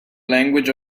language